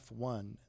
F1